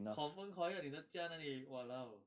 confirm quiet 你的家哪里 !walao!